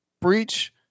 breach